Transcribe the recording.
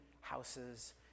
houses